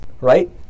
right